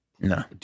No